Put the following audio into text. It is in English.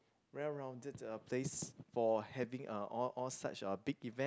well rounded a place for having uh all all such uh big event